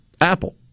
Apple